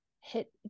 hit